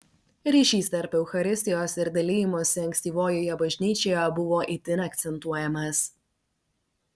ryšys tarp eucharistijos ir dalijimosi ankstyvojoje bažnyčioje buvo itin akcentuojamas